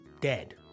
Dead